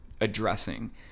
addressing